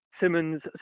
Simmons